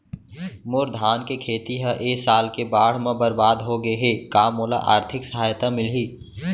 मोर धान के खेती ह ए साल के बाढ़ म बरबाद हो गे हे का मोला आर्थिक सहायता मिलही?